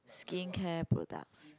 skincare products